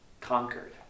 conquered